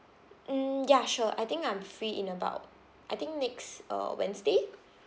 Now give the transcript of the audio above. mm ya sure I think I'm free in about I think next uh wednesday